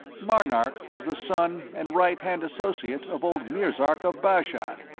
marnark was the son and right-hand associate of old mirzark of bashad,